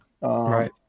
Right